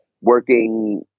working